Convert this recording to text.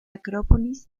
acrópolis